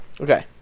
Okay